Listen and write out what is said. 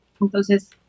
entonces